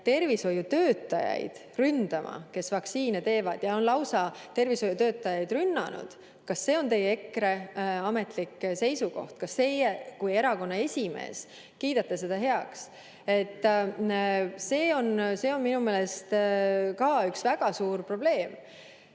tervishoiutöötajaid, kes vaktsiinisüste teevad, ja on lausa tervishoiutöötajaid rünnanud. Kas see on EKRE ametlik seisukoht? Kas teie kui erakonna esimees kiidate selle heaks? See on minu meelest ka üks väga suur probleem.